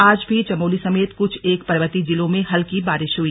आज भी चमोली समेत कुछ एक पर्वतीय जिलों में हल्की बारिश हुई